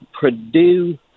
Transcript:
Purdue